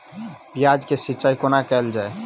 प्याज केँ सिचाई कोना कैल जाए?